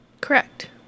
Correct